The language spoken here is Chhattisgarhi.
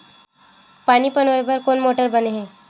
पानी पलोय बर कोन मोटर बने हे?